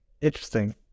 Interesting